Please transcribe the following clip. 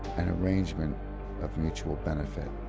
an arrangement of mutual benefit.